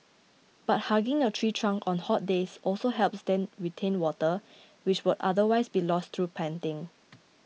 but hugging a tree trunk on hot days also helps then retain water which would otherwise be lost through panting